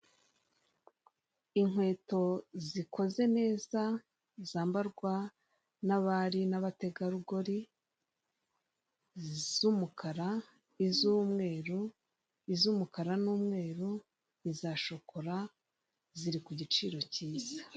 Inkweto zikoze neza zambarwa n'abari n'abategarugori z'umukara, iz'umweru, iz'umukara n'umweru, iza shokora ziri ku giciro cyiza.